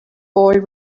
boy